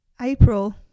April